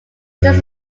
frees